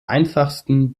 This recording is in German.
einfachsten